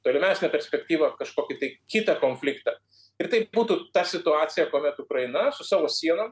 tolimesnę perspektyvą kažkokį tai kitą konfliktą ir taip būtų ta situacija kuomet ukraina su savo sienom